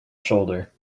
shoulder